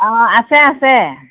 অ' আছে আছে